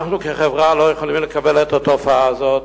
אנחנו כחברה לא יכולים לקבל את התופעה הזאת,